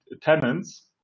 tenants